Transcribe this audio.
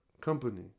Company